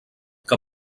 que